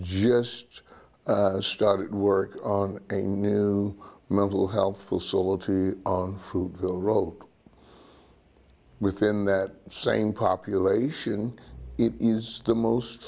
just started work on a new mental health facility food will grow within that same population it is the most